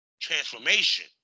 transformation